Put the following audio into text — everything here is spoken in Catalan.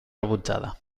rebutjada